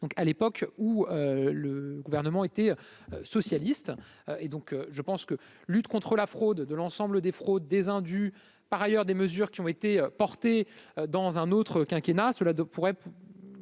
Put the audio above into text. à l'époque où le gouvernement était socialiste et donc je pense que, lutte contre la fraude de l'ensemble des fraudes des indus par ailleurs des mesures qui ont été portées dans un autre quinquennat cela deux pourrait